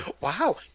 Wow